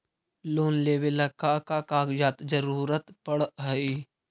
Loan लेवेला का का कागजात जरूरत पड़ हइ?